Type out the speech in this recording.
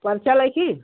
पर्चा ले कर